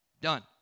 done